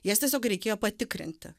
jas tiesiog reikėjo patikrinti